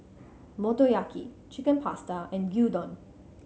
Motoyaki Chicken Pasta and Gyudon